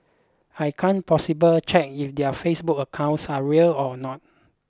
I can't possibly check if their Facebook accounts are real or not